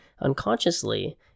unconsciously